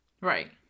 right